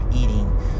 eating